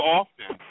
often